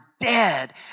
Dead